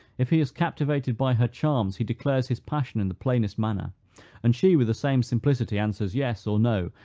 if he is captivated by her charms, he declares his passion in the plainest manner and she, with the same simplicity, answers, yes, or no,